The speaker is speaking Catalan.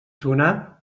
tronar